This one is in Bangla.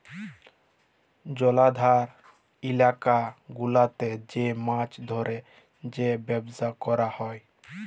জলাধার ইলাকা গুলাতে যে মাছ ধ্যরে যে ব্যবসা ক্যরা হ্যয়